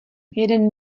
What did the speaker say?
jeden